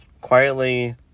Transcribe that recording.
quietly